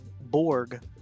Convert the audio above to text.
Borg